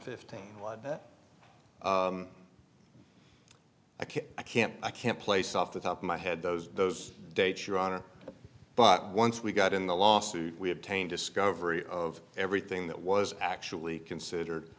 fifteen that i can't i can't place off the top of my head those those dates your honor but once we got in the lawsuit we obtain discovery of everything that was actually considered